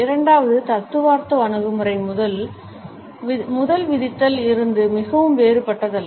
இரண்டாவது தத்துவார்த்த அணுகுமுறை முதல் விதத்தில் இருந்து மிகவும் வேறுபட்டதல்ல